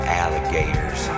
alligators